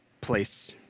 place